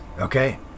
Okay